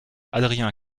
adrien